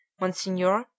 Monsignor